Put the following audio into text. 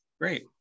Great